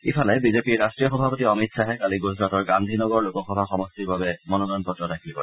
ইফালে বিজেপিৰ ৰাষ্ট্ৰীয় সভাপতি অমিত শ্বাহে কালি গুজৰাটৰ গাদ্ধীনগৰ লোকসভা সমষ্টিৰ বাবে মনোনয়ন পত্ৰ দাখিল কৰে